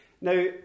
Now